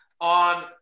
on